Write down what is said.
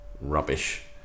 rubbish